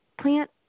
plant